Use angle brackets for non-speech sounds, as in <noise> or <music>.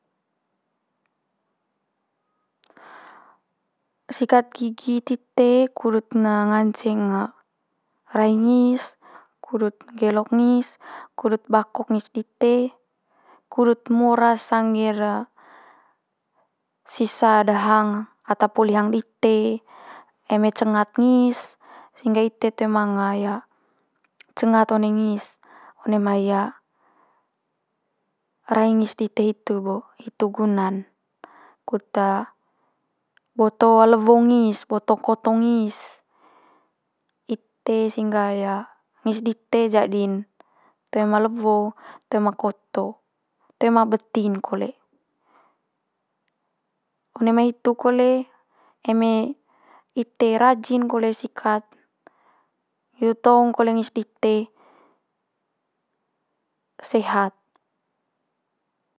sikat gigi tite kudut nga- nganceng <unintelligible> ngis, kudut nggelok ngis, kudut bakok ngis dite, kudut mora's sangge'r sisa de hang ata poli hang dite, eme cengat ngis, sehingga ite toe manga cengat one ngis, one mai rae ngis dite hitu bo, hitu guna'n. Kut boto lewo ngis, boto koto ngis ite sehingga ngis dite jadi'n toe ma lewo, toe ma koto toe ma beti'n kole. One mai hitu kole eme ite rajin kole sikat <unintelligible> tong kole ngis dite sehat.